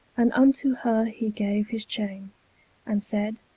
and unto her he gave his chaine and said,